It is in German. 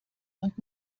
und